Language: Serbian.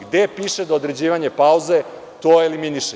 Gde piše da određivanje pauze to eliminiše?